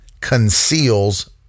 conceals